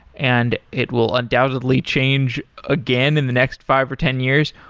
and it will undoubtedly change again in the next five or ten years,